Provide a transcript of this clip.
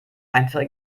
einfach